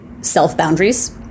self-boundaries